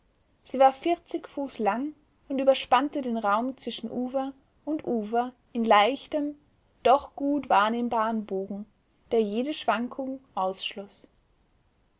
sie war vierzig fuß lang und überspannte den raum zwischen ufer und ufer in leichtem doch gut wahrnehmbarem bogen der jede schwankung ausschloß